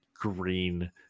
green